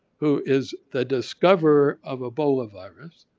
who is the discoverer of ebola virus,